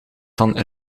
van